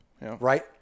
Right